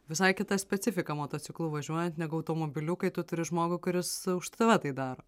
visai kita specifika motociklu važiuojant negu automobiliu kai tu turi žmogų kuris už tave tai daro